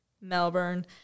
Melbourne